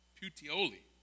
Puteoli